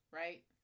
right